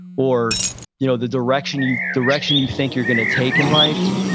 or you know the direction you direction you think you're going to take in life,